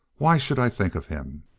why should i think of him?